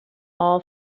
all